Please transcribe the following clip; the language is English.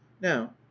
now